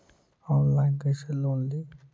Online कैसे loan ली?